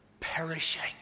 Perishing